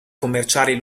commerciali